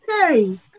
hey